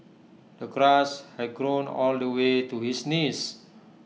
the grass had grown all the way to his knees